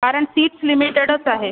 कारण सीट्स लिमिटेडच आहे